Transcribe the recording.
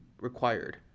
required